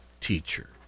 teacher